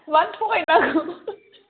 मानो थगाय नांगौ